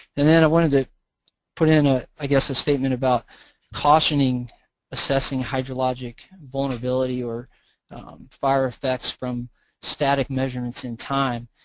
and then i wanted it put in a, i guess a statement about cautioning assessing hydrologic vulnerability or on fire effects from static measurements in time.